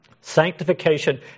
Sanctification